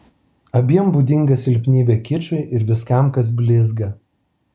abiem būdinga silpnybė kičui ir viskam kas blizga